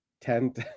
tent